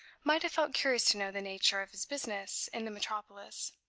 might have felt curious to know the nature of his business in the metropolis.